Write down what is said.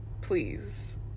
Please